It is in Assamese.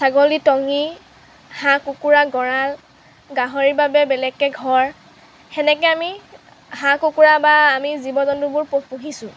ছাগলী টঙী হাঁহ কুকুৰা গড়াল গাহৰিৰ বাবে বেলেগকৈ ঘৰ সেনেকৈ আমি হাঁহ কুকুৰা বা আমি জীৱ জন্তুবোৰ পুহিছোঁ